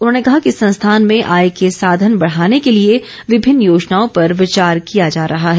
उन्होंने कहा कि संस्थान में आय के साधन बढ़ाने के लिए विभिन्न योजनाओं पर विचार किया जा रहा है